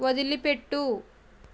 వదిలిపెట్టు